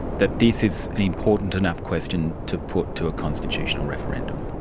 that this is an important enough question to put to a constitutional referendum.